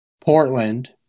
Portland